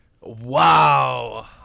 Wow